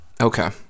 Okay